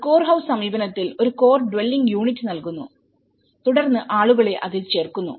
ഒരു core house സമീപനത്തിൽ ഒരു കോർ ഡ്വെല്ലിംഗ് യൂണിറ്റ് നൽകുന്നു തുടർന്ന് ആളുകളെ അതിൽ ചേർക്കുന്നു